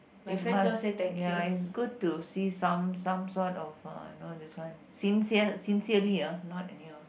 if must ya is good to see some some sort of uh you know this one sincere sincerely ah not anyhow